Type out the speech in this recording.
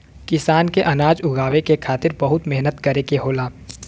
किसान के अनाज उगावे के खातिर बहुत मेहनत करे के होला